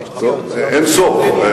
אין-סוף.